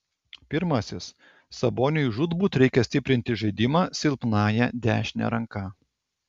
pirmasis saboniui žūtbūt reikia stiprinti žaidimą silpnąja dešine ranka